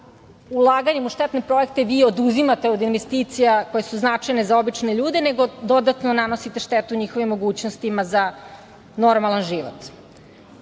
ulaganjem u štetne projekte vi oduzimate od investicija koje su značajne za obične ljude, nego dodatno nanosite štetu njihovim mogućnostima za normalan život. Da